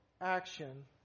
action